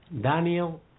Daniel